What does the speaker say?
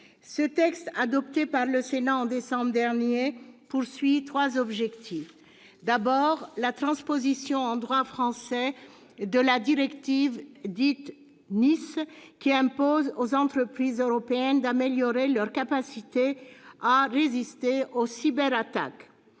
Ce texte, adopté par le Sénat en décembre dernier, poursuit trois objectifs. Le premier est la transposition en droit français de la directive dite « NIS », qui impose aux entreprises européennes d'améliorer leur capacité à résister aux cyberattaques.